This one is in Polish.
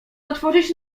otworzyć